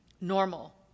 normal